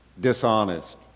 dishonest